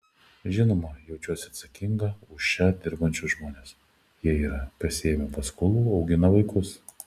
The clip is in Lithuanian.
žinoma jaučiuosi atsakinga už čia dirbančius žmones jie yra pasiėmę paskolų augina vaikus